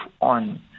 on